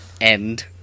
end